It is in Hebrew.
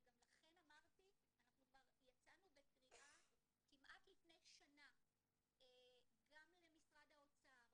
ולכן אמרתי שכבר יצאנו בקריאה כמעט לפני שנה גם למשרד האוצר,